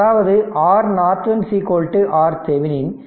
அதாவது R Norton R Thevenin